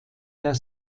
der